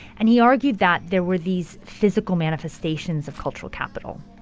and he argued that there were these physical manifestations of cultural capital.